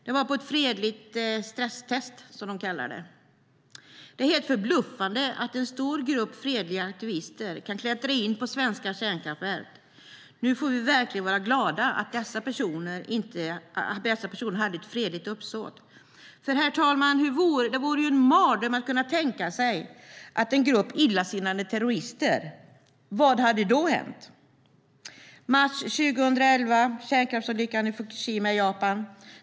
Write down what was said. Det var ett fredligt stresstest, som de kallade det. Det är helt förbluffande att en stor grupp fredliga aktivister kan klättra in på svenska kärnkraftverk. Nu får vi verkligen vara glada att dessa personer hade ett fredligt uppsåt. Det vore nämligen en mardröm, herr talman, att tänka sig att det var en grupp illasinnade terrorister. Vad hade då hänt? I mars 2011 skedde kärnkraftsolyckan i Fukushima i Japan.